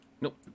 Nope